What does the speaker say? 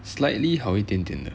slightly 好一点点的